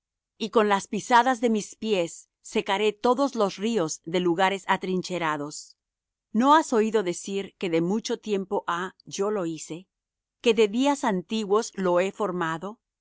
y con las pisadas de mis pies secaré todos los ríos de lugares atrincherados no has oído decir que de mucho tiempo ha yo lo hice que de días antiguos lo he formado